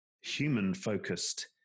human-focused